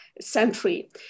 century